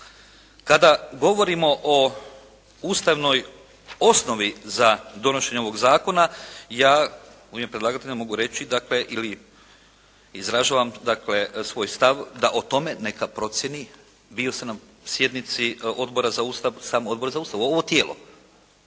Kada govorimo o ustavnoj osnovi za donošenje ovog zakona ja mojim predlagateljima mogu reći dakle ili izražavam dakle svoj stav da o tome neka procjeni. Bio sam na sjednici Obora za Ustav. Sam odbor za Ustav ovo tijelo.